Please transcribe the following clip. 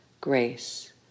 grace